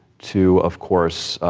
to, of course,